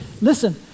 Listen